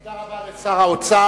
תודה רבה לשר האוצר.